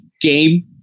game